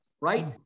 right